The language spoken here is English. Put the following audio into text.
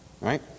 Right